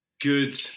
good